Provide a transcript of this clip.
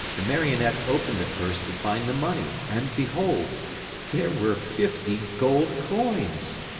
the marionette opened the purse to find the money, and behold there were fifty gold coins!